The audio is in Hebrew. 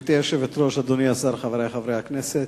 גברתי היושבת-ראש, אדוני השר, חברי חברי הכנסת,